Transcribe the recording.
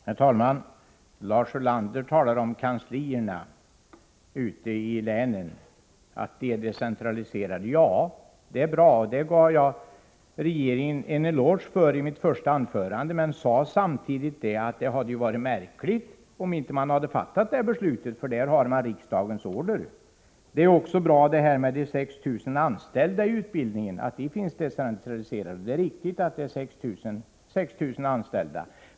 Herr talman! Lars Ulander talade om kanslierna ute i länen, om att de är decentraliserade. Det är bra att de är, och detta gav jag regeringen en eloge för i mitt första anförande, men jag sade samtidigt att det hade varit märkligt om detta beslut inte hade fattats, för man har riksdagens order därvidlag. Det är också bra att de 6 000 anställda inom utbildningen är decentraliserade. Det är riktigt att antalet anställda är 6 000.